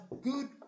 good